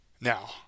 now